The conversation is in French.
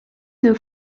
deux